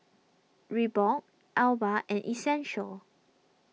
Reebok Alba and Essential